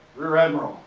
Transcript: rear admiral.